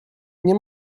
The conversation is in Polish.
nie